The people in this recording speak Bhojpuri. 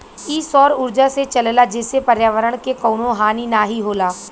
इ सौर उर्जा से चलला जेसे पर्यावरण के कउनो हानि नाही होला